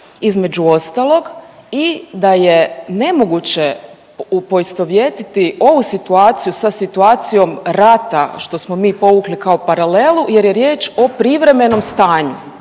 između ostalog i da je nemoguće poistovjetiti ovu situaciju sa situacijom rata što smo mi povukli kao paralelu jer je riječ o privremenom stanju.